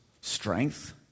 strength